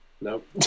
Nope